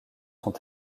sont